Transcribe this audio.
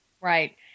Right